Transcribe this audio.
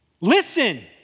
Listen